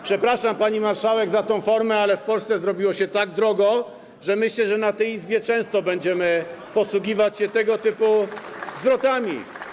Przepraszam, pani marszałek, za tę formę, ale w Polsce zrobiło się tak drogo, że myślę, że w tej Izbie często będziemy posługiwać się tego typu zwrotami.